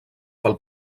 pel